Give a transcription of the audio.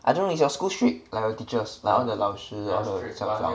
I don't know is your school strict like your teachers all the 老师 all those